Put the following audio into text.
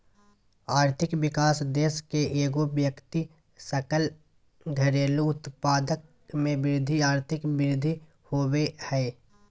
आर्थिक विकास देश के एगो व्यक्ति सकल घरेलू उत्पाद में वृद्धि आर्थिक वृद्धि होबो हइ